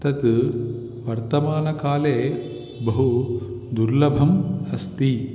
तद् वर्तमानकाले बहु दुर्लभम् अस्ति